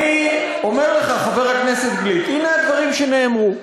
אני אומר לך, חבר הכנסת גליק, הנה הדברים שנאמרו: